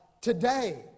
today